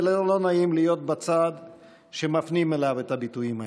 ולא נעים להיות בצד שמפנים אליו את הביטויים האלה.